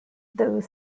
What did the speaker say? though